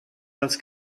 als